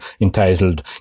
entitled